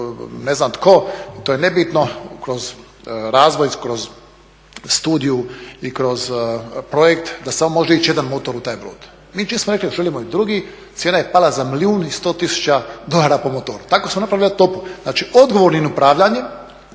ne znam tko to je nebitno kroz razvoj, kroz studiju i kroz projekt da samo može ići jedan motor u taj brod. Mi čim smo rekli da želimo i drugi cijena je pala za milijun i 100 tisuća dolara po motoru. Tako smo napravili. Znači, odgovornim upravljanjem